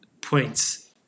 points